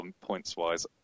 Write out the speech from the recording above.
points-wise